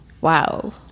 Wow